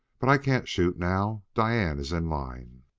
but i can't shoot now diane's in line.